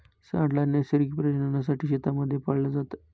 सांड ला नैसर्गिक प्रजननासाठी शेतांमध्ये पाळलं जात